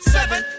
Seven